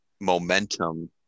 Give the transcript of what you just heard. momentum